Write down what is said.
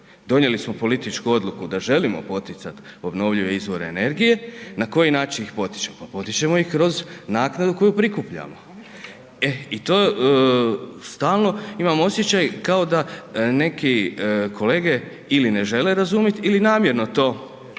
Donijeli smo političku odluku da želimo poticati obnovljive izvore energije, na koji način ih potičemo, potičemo iz kroz naknadu koju prikupljamo. E i to stalno imam osjećaj kao da neki kolege ili ne žele razumjeti ili namjerno to iskrivljuju